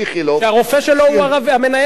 שהמנהל הוא ערבי,